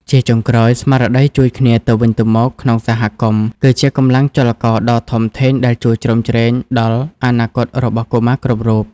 ជាចុងក្រោយ ស្មារតីជួយគ្នាទៅវិញទៅមកក្នុងសហគមន៍គឺជាកម្លាំងចលករដ៏ធំធេងដែលជួយជ្រោមជ្រែងដល់អនាគតរបស់កុមារគ្រប់រូប។